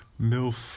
Milf